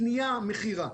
קנייה ומכירה.